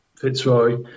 Fitzroy